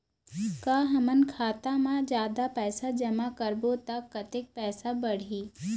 का हमन खाता मा जादा पैसा जमा करबो ता कतेक पैसा बढ़ही?